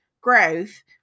growth